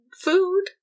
food